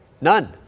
None